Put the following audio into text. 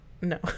No